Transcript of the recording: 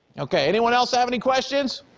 okay, anyone else have any questions?